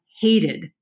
hated